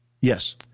Yes